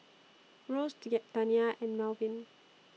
Rose Dania and Malvin